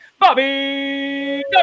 Bobby